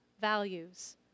values